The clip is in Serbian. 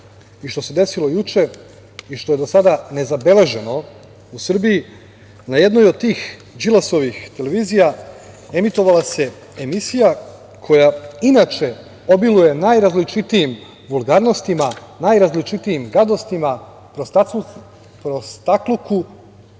i što se desilo juče i što je do sada nezabeleženo u Srbiji, na jednoj od tih Đilasovih televizija emitovala se emisija koja, inače, obiluje najrazličitijim vulgarnostima, najrazličitijim gadostima, prostakluku,